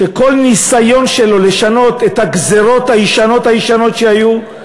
שכל ניסיון שלו לשנות את הגזירות הישנות שהיו,